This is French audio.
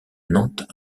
nantes